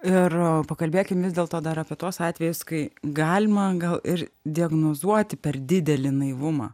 ir pakalbėkim vis dėlto dar apie tuos atvejus kai galima gal ir diagnozuoti per didelį naivumą